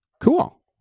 cool